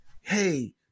hey